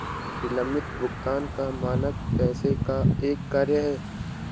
विलम्बित भुगतान का मानक पैसे का एक कार्य है